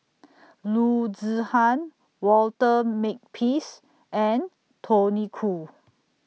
Loo Zihan Walter Makepeace and Tony Khoo